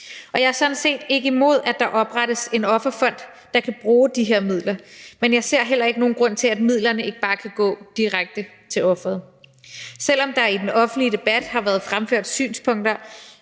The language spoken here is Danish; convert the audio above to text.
jeg er sådan set ikke imod, at der oprettes en offerfond, der kan bruge de her midler, men jeg ser heller ingen grund til, at midlerne ikke bare kan gå direkte til offeret. Selv om der er i den offentlige debat har været fremført de synspunkter,